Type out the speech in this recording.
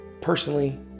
personally